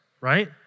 right